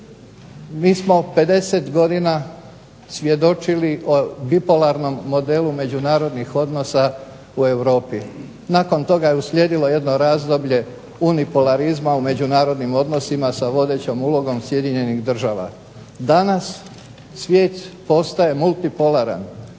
Mi smo 50 godina svjedočili bipolarnom modelu međunarodnih odnosa u Europi, nakon toga je uslijedilo jedno razdoblje unipolarizma u međunarodnim odnosima sa vodećom ulogom Sjedinjenih Država. Danas svijet postaje multipolaran,